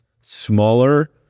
smaller